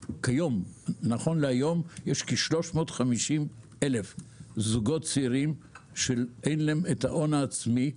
נכון להיום יש כ-350,000 זוגות צעירים שאין להם את ההון העצמי,